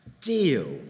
deal